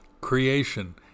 Creation